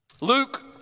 Luke